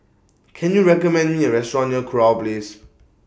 Can YOU recommend Me A Restaurant near Kurau Place